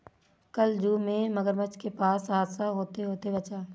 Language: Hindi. कल जू में मगरमच्छ के पास हादसा होते होते बचा